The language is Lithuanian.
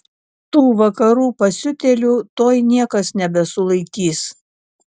tų vakarų pasiutėlių tuoj niekas nebesulaikys